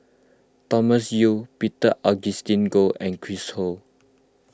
Thomas Yeo Peter Augustine Goh and Chris Ho